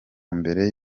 mbere